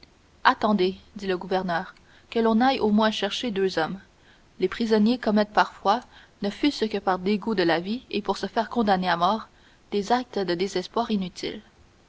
attendez dit le gouverneur que l'on aille au moins chercher deux hommes les prisonniers commettent parfois ne fût-ce que par dégoût de la vie et pour se faire condamner à mort des actes de désespoir inutiles